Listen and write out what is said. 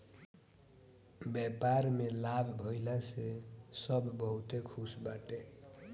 व्यापार में लाभ भइला से सब बहुते खुश बाटे